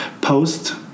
post